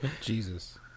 Jesus